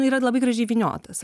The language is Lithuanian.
yra labai gražiai įvyniotas